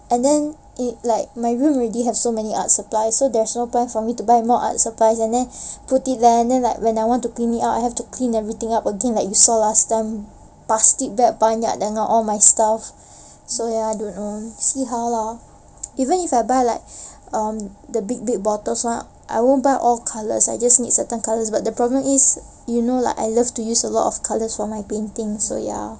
and then it like my room already have so many arts supplies so there's no point for me to buy more arts supplies and then put it there and then when I want to clean it up I have to clean everything up again like you saw last time plastic bag banyak all my stuff so ya I don't know see how lor even if I buy like um the big big bottles now I won't buy all colours I just need certain colours but the problem is you know like I love to use a lot of colours for my paintings so ya